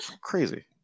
Crazy